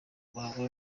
muhango